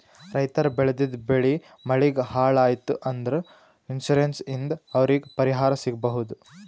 ರೈತರ್ ಬೆಳೆದಿದ್ದ್ ಬೆಳಿ ಮಳಿಗ್ ಹಾಳ್ ಆಯ್ತ್ ಅಂದ್ರ ಇನ್ಶೂರೆನ್ಸ್ ಇಂದ್ ಅವ್ರಿಗ್ ಪರಿಹಾರ್ ಸಿಗ್ಬಹುದ್